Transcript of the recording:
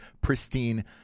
pristine